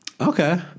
Okay